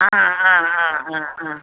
ആ ആ ആ ആ ആ